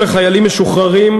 מי שרצה.